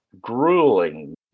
Grueling